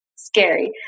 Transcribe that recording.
Scary